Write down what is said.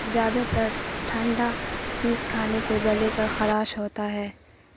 زیادہ تر ٹھنڈا چیز کھانے سے گلے کا خراش ہوتا ہے